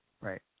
Right